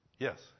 Yes